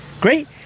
Great